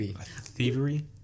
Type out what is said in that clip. thievery